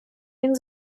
він